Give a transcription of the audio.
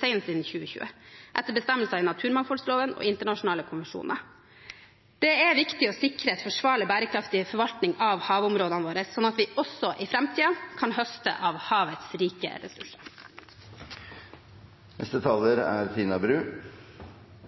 senest innen 2020, etter bestemmelser i naturmangfoldloven og internasjonale konvensjoner. Det er viktig å sikre forsvarlig, bærekraftig forvaltning av havområdene våre, slik at vi også i framtiden kan høste av havets rike ressurser. Hensikten med forvaltningsplanene for våre havområder er